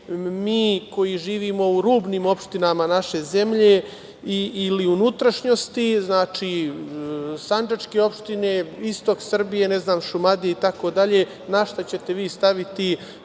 mi koji živimo u rubnim opštinama naše zemlje, ili u unutrašnjosti, znači, sandžačke opštine, istok Srbije, Šumadije itd, na šta ćete vi staviti